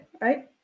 right